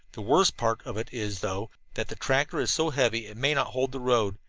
the worst part of it is, though, that the tractor is so heavy it may not hold the road.